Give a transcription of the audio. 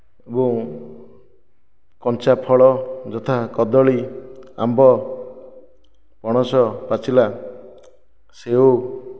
ଏବଂ କଞ୍ଚା ଫଳ ଯଥା କଦଳୀ ଆମ୍ବ ପଣସ ପାଚିଲା ସେଉ